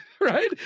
right